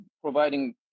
providing